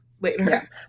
later